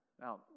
Now